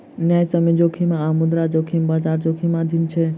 न्यायसम्य जोखिम आ मुद्रा जोखिम, बजार जोखिमक अधीन अछि